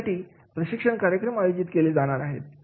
यासाठी प्रशिक्षण कार्यक्रम आयोजित केले जाणार आहेत